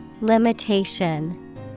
Limitation